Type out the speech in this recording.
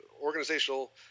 organizational